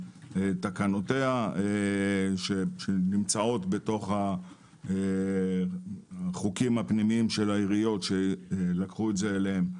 תקנותיה שנמצאות בתוך החוקים הפנימיים של העיריות שלקחו את זה אליהן.